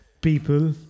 people